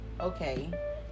Okay